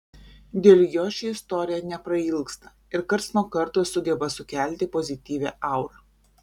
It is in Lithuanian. dėl jo ši istorija neprailgsta ir karts nuo karto sugeba sukelti pozityvią aurą